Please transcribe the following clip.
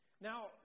Now